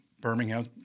Birmingham